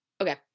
okay